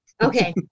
Okay